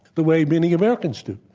the way many americans do.